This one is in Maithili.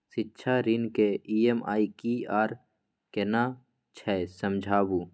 शिक्षा ऋण के ई.एम.आई की आर केना छै समझाबू?